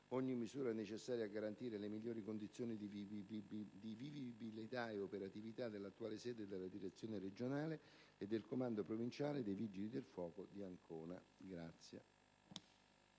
ogni misura necessaria a garantire le migliori condizioni di vivibilità e operatività dell'attuale sede della Direzione regionale e del comando provinciale dei Vigili del fuoco di Ancona.